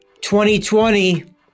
2020